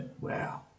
Wow